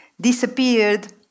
disappeared